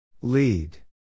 Lead